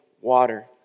water